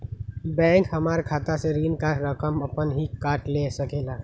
Bank हमार खाता से ऋण का रकम अपन हीं काट ले सकेला?